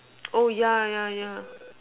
oh yeah yeah yeah